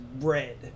red